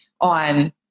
on